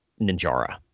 Ninjara